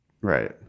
Right